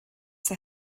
they